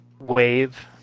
wave